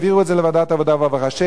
והעבירו את זה לוועדת העבודה והרווחה.